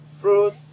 fruit